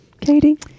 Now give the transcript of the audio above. Katie